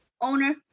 owner